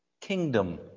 Kingdom